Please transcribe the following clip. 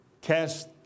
cast